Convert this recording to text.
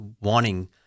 wanting